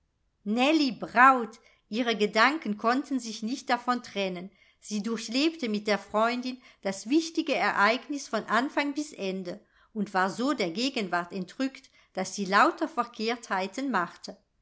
braut ihre gedanken konnten sich nicht davon trennen sie durchlebte mit der freundin das wichtige ereignis von anfang bis ende und war so der gegenwart entrückt daß sie lauter verkehrtheiten machte